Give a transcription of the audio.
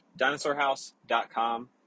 dinosaurhouse.com